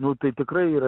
nu tai tikrai yra